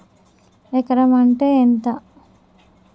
ఎకరం అంటే ఎంత?